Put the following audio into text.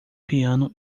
piano